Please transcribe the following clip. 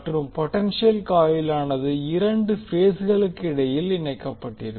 மற்றும் பொடென்ஷியல் காயிலானது இரண்டு பேஸ்களுக்கு இடையில் இணைக்கப்பட்டிருக்கும்